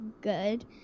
good